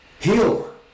heal